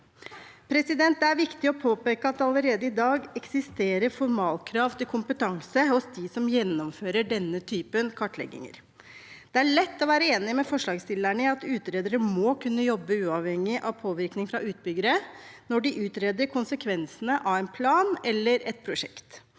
fagområde. Det er viktig å påpeke at det allerede i dag eksisterer formalkrav til kompetanse hos dem som gjennomfører denne typen kartlegginger. Det er lett å være enig med forslagstillerne i at utredere må kunne jobbe uavhengig av påvirkning fra utbyggere når de utreder konsekvens ene av en plan eller et prosjekt.